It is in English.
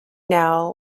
now